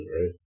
right